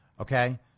Okay